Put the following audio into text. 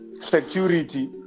security